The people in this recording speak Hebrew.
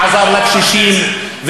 ועזר לקשישים,